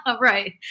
right